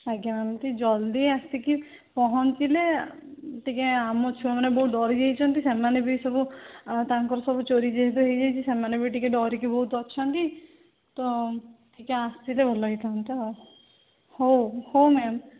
ଆଜ୍ଞା ମ୍ୟାମ୍ ଟିକିଏ ଜଲଦି ଆସିକି ପହଞ୍ଚିଲେ ଟିକିଏ ଆମ ଛୁଆମାନେ ବହୁତ ଡରିଯାଇଛନ୍ତି ସେମାନେ ବି ସବୁ ତାଙ୍କର ସବୁ ଚୋରି ଯେହେତୁ ହେଇଯାଇଛି ସେମାନେ ବି ଟିକିଏ ଡରିକି ବହୁତ ଅଛନ୍ତି ତ ଟିକିଏ ଆସିଲେ ଭଲହେଇଥାନ୍ତା ହଉ ହଉ ମ୍ୟାମ୍